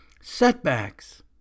Setbacks